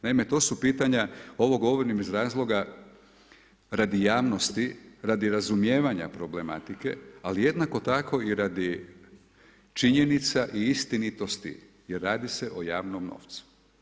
Naime, to su pitanja, ovo govorim iz razloga radi javnosti, radi razumijevanja problematike, ali jednako tako i radi činjenica i istinitosti jer radi se o javnom novcu.